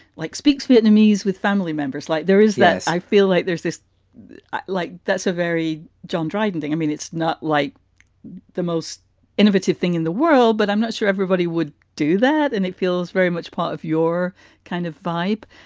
like speaks vietnamese with family members like there is that i feel like there's this like that's a very john dryden thing. i mean, it's not like the most innovative thing in the world, but i'm not sure everybody would do that. and it feels very much part of your kind of vibe.